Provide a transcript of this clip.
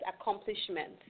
accomplishments